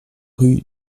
rue